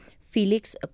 Felix